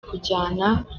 kujana